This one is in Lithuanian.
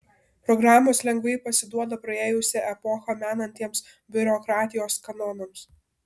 programos lengvai pasiduoda praėjusią epochą menantiems biurokratijos kanonams